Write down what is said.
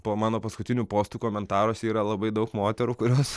po mano paskutinių postų komentaruose yra labai daug moterų kurios